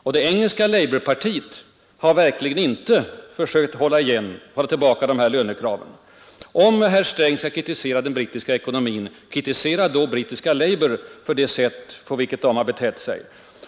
Och det engelska labourpartiet har verkligen inte försökt hålla tillbaka kraven. Om herr Sträng skall kritisera den brittiska ekonomin, kritisera då brittiska labour för det sätt på vilket det partiet har betett sig.